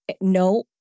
no